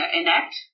enact